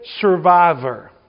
survivor